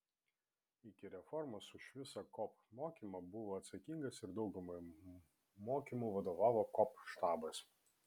iki reformos už visą kop mokymą buvo atsakingas ir daugumai mokymų vadovavo kop štabas